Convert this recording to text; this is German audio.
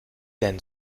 denn